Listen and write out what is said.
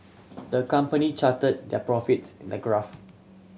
the company charted their profits in the graph